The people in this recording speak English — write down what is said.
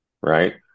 right